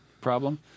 problem